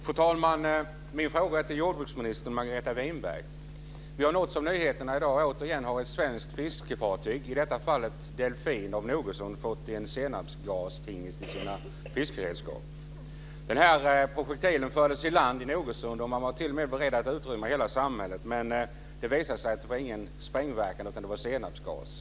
Fru talman! Min fråga riktar sig till jordbruksminister Margareta Winberg. Vi har i dag nåtts av nyheten att ett svenskt fiskefartyg återigen, i detta fall Delfin av Nogersund, fått en senapsgastingest i sina fiskeredskap. Projektilen fördes i land i Nogersund, och man var t.o.m. beredd att utrymma hela samhället. Men det visade sig att den inte hade någon sprängverkan, utan att det var senapsgas.